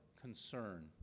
concern